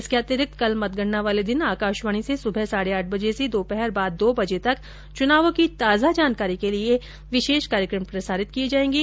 इसके अतिरिक्त कल मतगणना वाले दिन आकाशवाणी से सुबह साढे आठ बजे से दोपहर बाद दो बजे तक चूनावों की ताजा जानकारी के लिए विशेष कार्यक्रम प्रसारित किए जाएंगे